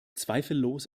zweifellos